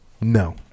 No